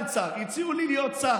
לא לא, אביר, לא סגן שר, הציעו לי להיות שר.